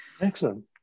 Excellent